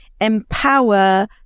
empower